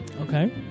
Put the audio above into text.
okay